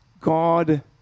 God